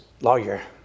lawyer